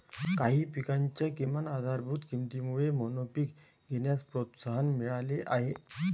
काही पिकांच्या किमान आधारभूत किमतीमुळे मोनोपीक घेण्यास प्रोत्साहन मिळाले आहे